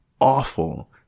awful